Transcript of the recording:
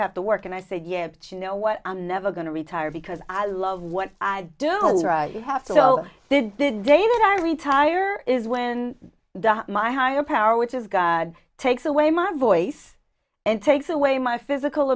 have to work and i said yeah but you know what i'm never going to retire because i love what i do know is right you have to go did they not i retire is when my higher power which is god takes away my voice and takes away my physical